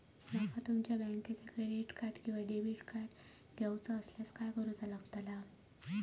माका तुमच्या बँकेचा क्रेडिट कार्ड किंवा डेबिट कार्ड घेऊचा असल्यास काय करूचा लागताला?